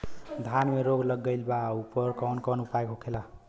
धान में रोग लग गईला पर उकर कवन कवन उपाय होखेला?